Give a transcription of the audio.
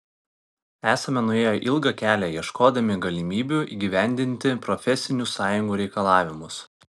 esame nuėję ilgą kelią ieškodami galimybių įgyvendinti profesinių sąjungų reikalavimus